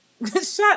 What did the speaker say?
shut